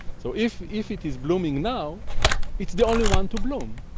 so if if it is blooming now it is the only one to bloom.